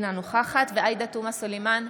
אינה נוכחת עאידה תומא סלימאן,